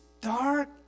dark